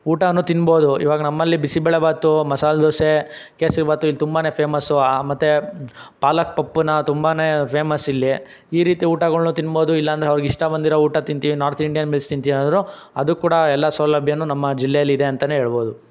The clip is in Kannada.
ಊಟವೂ ತಿನಬೋದು ಇವಾಗ ನಮ್ಮಲ್ಲಿ ಬಿಸಿಬೇಳೆ ಭಾತು ಮಸಾಲೆ ದೋಸೇ ಕೇಸರಿ ಭಾತು ಇಲ್ಲಿ ತುಂಬನೇ ಫೇಮಸ್ಸು ಮತ್ತೆ ಪಾಲಕ್ ಪಪ್ಪುನಾ ತುಂಬನೇ ಫೇಮಸ್ ಇಲ್ಲಿ ಈ ರೀತಿ ಊಟಗಳ್ನ ತಿನಬೋದು ಇಲ್ಲ ಅಂದರೆ ಅವ್ರಿಗೆ ಇಷ್ಟ ಬಂದಿರೊ ಊಟ ತಿಂತೀವಿ ನಾರ್ತ್ ಇಂಡಿಯನ್ ಮಿಲ್ಸ್ ತಿಂತೀವಿ ಅಂದ್ರೂ ಅದು ಕೂಡ ಎಲ್ಲ ಸೌಲಭ್ಯವೂ ನಮ್ಮ ಜಿಲ್ಲೆಲ್ಲಿ ಇದೆ ಅಂತಲೇ ಹೇಳ್ಬೋದು